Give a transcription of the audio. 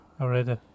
already